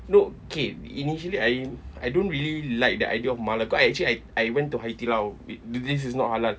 no K initially I I don't really like the idea of mala cause actually I I went to hai di lao we this is not halal